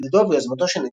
בעידודו וביוזמתו של נתניהו,